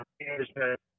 management